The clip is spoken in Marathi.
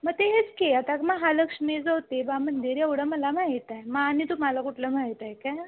मग ते हेच की आता महालक्ष्मी ज्योतिबा मंदिर एवढं मला माहीत आहे मग आणि तुम्हाला कुठलं माहीत आहे का